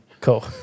Cool